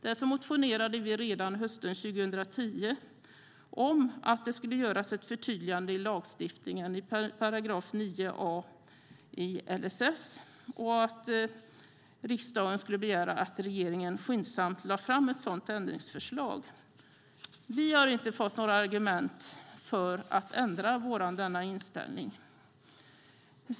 Därför motionerade vi redan hösten 2010 om att det skulle göras ett förtydligande i lagstiftningen i § 9 a i LSS och att riksdagen skulle begära att regeringen skyndsamt lade fram ett sådant ändringsförslag. Vi har inte fått några argument för att ändra vår inställning.